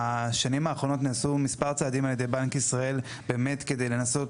בשנים האחרונות נעשו מספר צעדים על ידי בנק ישראל באמת כדי לנסות